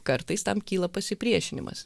kartais tam kyla pasipriešinimas